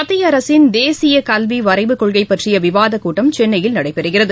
மத்திய அரசின் தேசிய கல்வி வரைவுக் கொள்கை பற்றிய விவாதக் கூட்டம் சென்னையில் நடைபெறுகிறது